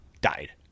died